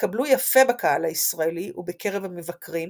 התקבלו יפה בקהל הישראלי ובקרב המבקרים,